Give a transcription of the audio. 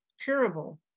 curable